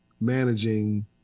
managing